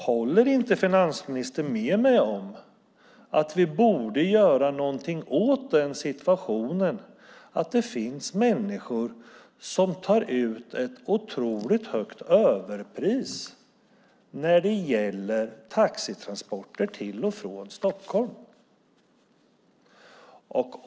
Håller inte finansministern med mig om att det bör göras något åt att det finns människor som tar ut ett högt överpris på taxitransporter till och från Stockholm?